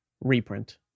reprint